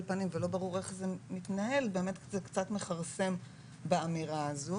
פנים ולא ברור איך זה מתנהל זה באמת קצת מכרסם באמירה הזו